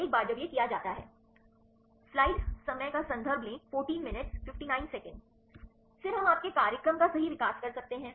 एक बार जब यह किया जाता है फिर हम आपके कार्यक्रम का सही विकास कर सकते हैं